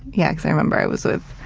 yeah, because i remember i was with